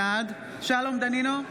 בעד שלום דנינו,